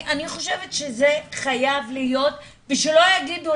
אני חושבת שזה חייב להיות ושלא יגידו